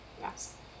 yes